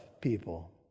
people